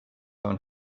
own